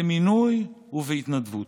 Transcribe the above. במינוי ובהתנדבות.